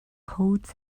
coats